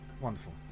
wonderful